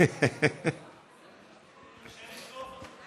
קשה לתקוף אותו.